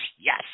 Yes